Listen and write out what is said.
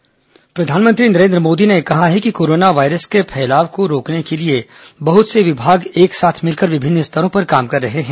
corona virus प्रधानमंत्री नरेन्द्र मोदी ने कहा है कि कोरोना वायरस के फैलाव को रोकने के लिए बहत से विभाग एक साथ मिलकर विभिन्न स्तरों पर काम कर रहे हैं